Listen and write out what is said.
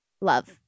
Love